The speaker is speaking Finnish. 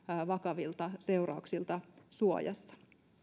vakavilta seurauksilta suojassa